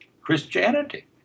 Christianity